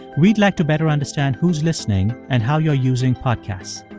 we'd like to better understand who's listening and how you're using podcasts.